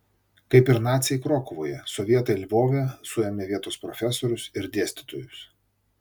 kaip ir naciai krokuvoje sovietai lvove suėmė vietos profesorius ir dėstytojus